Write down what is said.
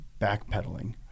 backpedaling